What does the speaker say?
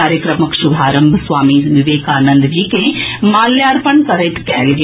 कार्यक्रमक शुभारंभ स्वामी विवेकानन्द जी के माल्यार्पण करैत कयल गेल